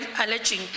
alleging